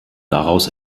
daraus